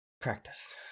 practice